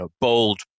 bold